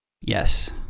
yes